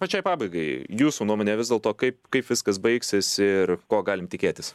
pačiai pabaigai jūsų nuomone vis dėlto kaip kaip viskas baigsis ir ko galim tikėtis